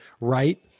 right